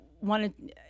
wanted